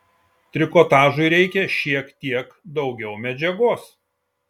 trikotažui reikia šiek teik daugiau medžiagos